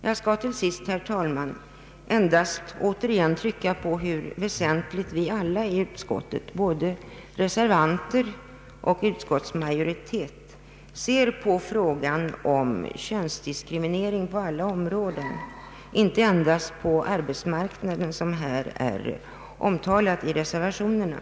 Låt mig till sist, herr talman, endast än en gång understryka hur allvarligt vi i utskottet — både reservanter och utskottsmajoritet — ser på frågan om könsdiskriminering på alla områden, inte endast på arbetsmarknaden, som påtalats i reservationerna.